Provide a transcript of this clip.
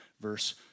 verse